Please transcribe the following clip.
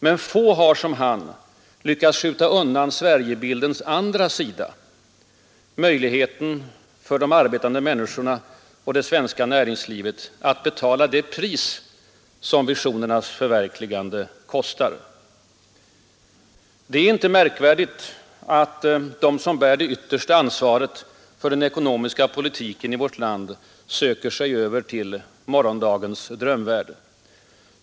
Men få har som han lyckats skjuta undan Sverigebildens andra sida — möjligheten för de arbetande människorna och det svenska näringslivet att betala priset för visionernas förverkligande. Det är inte märkvärdigt att de som bär det yttersta ansvaret för den ekonomiska politiken i vårt land söker sig över till morgondagens drömvärld.